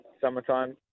summertime